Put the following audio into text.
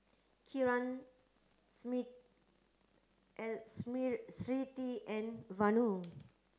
Kiran Smriti and Vanu